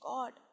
God